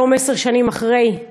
היום, עשר שנים אחרי,